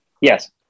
Yes